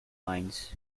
mines